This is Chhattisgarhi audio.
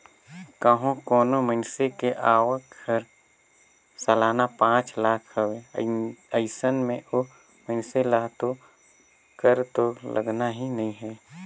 कंहो कोनो मइनसे के आवक हर सलाना पांच लाख हवे अइसन में ओ मइनसे ल तो कर तो लगना ही नइ हे